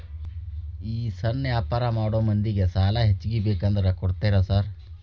ಈ ಸಣ್ಣ ವ್ಯಾಪಾರ ಮಾಡೋ ಮಂದಿಗೆ ಸಾಲ ಹೆಚ್ಚಿಗಿ ಬೇಕಂದ್ರ ಕೊಡ್ತೇರಾ ಸಾರ್?